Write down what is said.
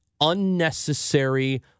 unnecessary